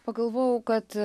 pagalvojau kad